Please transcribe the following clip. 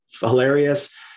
hilarious